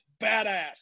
badass